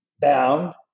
bound